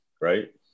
right